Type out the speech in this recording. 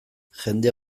jendea